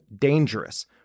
dangerous